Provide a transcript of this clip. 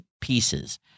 pieces